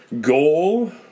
goal